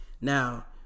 Now